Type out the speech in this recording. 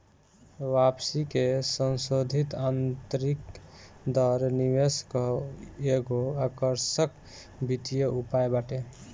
वापसी के संसोधित आतंरिक दर निवेश कअ एगो आकर्षक वित्तीय उपाय बाटे